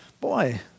boy